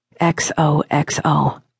XOXO